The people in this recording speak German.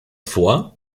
vor